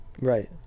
Right